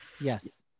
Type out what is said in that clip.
Yes